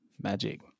Magic